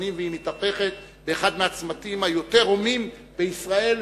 מסוכנים והיא מתהפכת באחד הצמתים היותר הומים בישראל,